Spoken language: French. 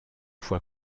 fois